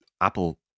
Apple